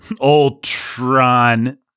ultron